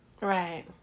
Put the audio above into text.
Right